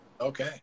Okay